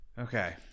okay